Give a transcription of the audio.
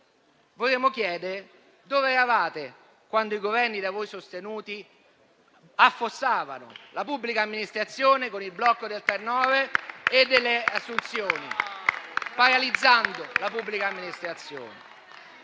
Chiediamo loro dove erano quando i Governi da loro sostenuti affossavano la pubblica amministrazione con il blocco del *turnover* e delle assunzioni, paralizzando la pubblica amministrazione.